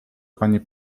pani